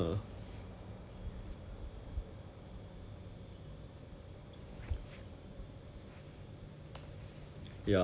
like she prefers like those err dark curtains then the the paint the the 那些 the 漆 lah on the walls ah